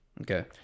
Okay